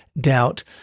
doubt